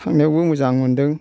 थांनायावबो मोजां मोनदों